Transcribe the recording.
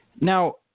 Now